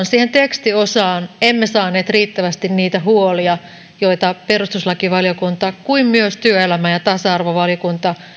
siihen tekstiosaan emme saaneet riittävästi niitä huolia joita perustuslakivaliokunta kuin myös työelämä ja tasa arvovaliokunta